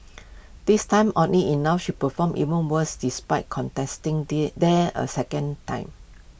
this time oddly enough she performed even worse despite contesting there there A second time